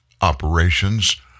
operations